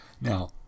Now